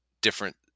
different